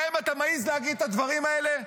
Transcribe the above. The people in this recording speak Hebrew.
להם אתה מעז להגיד את הדברים האלה?